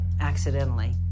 accidentally